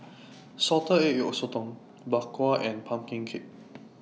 Salted Egg Yolk Sotong Bak Kwa and Pumpkin Cake